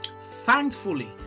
thankfully